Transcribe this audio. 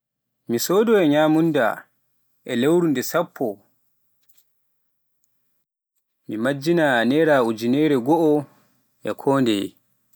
mi sodooya nyamunda e lewru nde sappo, mi majjina naira ujinere goo kondeye.